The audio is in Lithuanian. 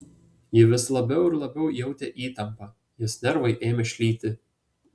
ji vis labiau ir labiau jautė įtampą jos nervai ėmė šlyti